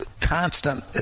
constant